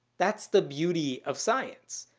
that's the beauty of science.